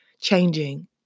changing